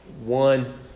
one